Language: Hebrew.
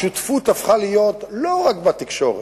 השותפות הפכה להיות לא רק בתקשורת,